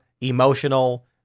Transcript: emotional